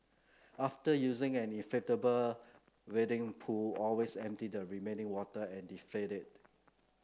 after using an inflatable wading pool always empty the remaining water and deflate it